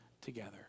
together